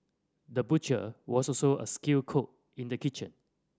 the butcher was also a skilled cook in the kitchen